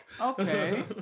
Okay